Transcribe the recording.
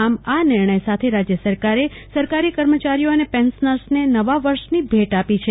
આમ આ નિર્ણય સાથે રાજ્ય સરકારે સરકારી કર્મચારીઓ અને પેન્શનર્સને નવા વર્ષની ભેટ આપી છે